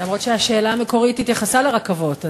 אף שהשאלה המקורית התייחסה לרכבות,